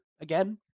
again